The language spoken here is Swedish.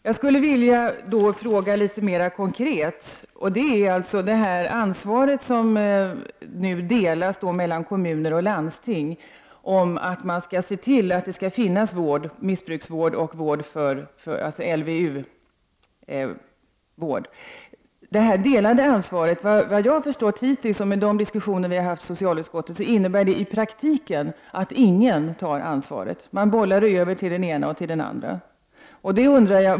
Jag vill ställa några mer konkreta frågor. Det finns nu ett delat ansvar mellan kommun och landsting när det gäller att se till det finns missbrukarvård och vård enligt LVU. Enligt vad jag förstått av de diskussioner vi hittills haft i socialutskottet innebär detta i praktiken att ingen tar ansvaret. Man bollar över det från den ene till den andre.